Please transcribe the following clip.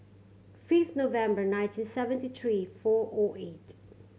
five November nineteen seventy three four O eight